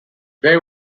they